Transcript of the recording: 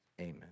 Amen